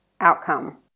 outcome